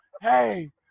hey